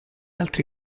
altri